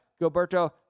Gilberto